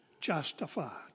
Justified